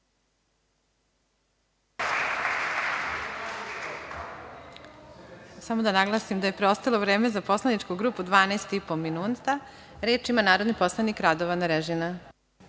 Samo da naglasim da je preostalo vreme za poslaničku grupu 12 i po minuta. Reč ima narodni poslanik Radovan Arežina.